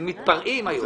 הם מתפרעים היום.